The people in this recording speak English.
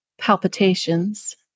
palpitations